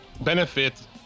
benefit